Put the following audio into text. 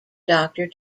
doctor